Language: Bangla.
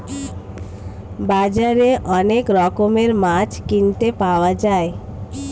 বাজারে অনেক রকমের মাছ কিনতে পাওয়া যায়